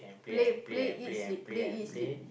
play play play eat sleep play eat sleep